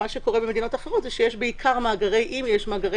במדינות אחרות יש בעיקר אם יש מאגרי